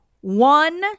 one